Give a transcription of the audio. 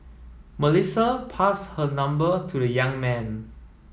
Melissa passed her number to the young man